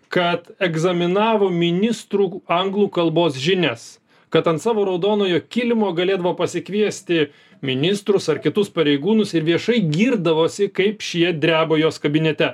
kad egzaminavo ministrų anglų kalbos žinias kad ant savo raudonojo kilimo galėdavo pasikviesti ministrus ar kitus pareigūnus ir viešai girdavosi kaip šie dreba jos kabinete